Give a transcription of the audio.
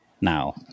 Now